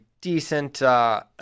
decent